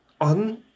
on